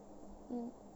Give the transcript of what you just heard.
mm